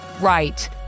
Right